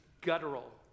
guttural